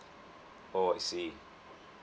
oh I see